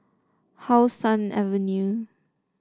How Sun Avenue